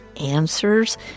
answers